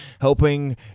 helping